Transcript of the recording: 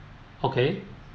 okay